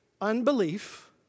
unbelief